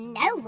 no